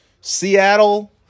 Seattle